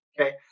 okay